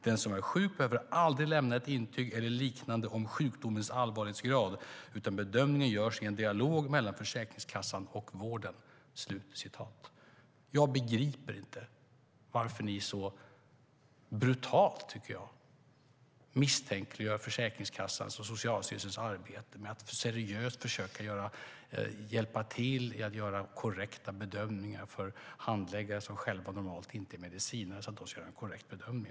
Den som är sjuk behöver aldrig lämna ett intyg eller liknande om sjukdomens allvarlighetsgrad utan bedömningen görs i en dialog mellan Försäkringskassan och vården." Jag begriper inte varför ni så brutalt, tycker jag, misstänkliggör Försäkringskassans och Socialstyrelsens arbete med att seriöst försöka hjälpa handläggare som själva normalt inte är medicinare att göra korrekta bedömningar.